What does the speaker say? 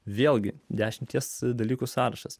vėlgi dešimties dalykų sąrašas